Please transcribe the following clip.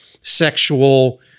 sexual